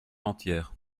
entière